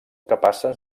capaces